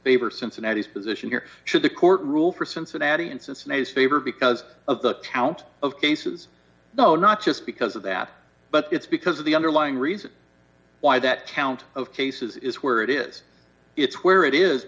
favors cincinnati's position here should the court rule for cincinnati instances favor because of the count of cases no not just because of that but it's because of the underlying reason why that count of cases is where it is is where it is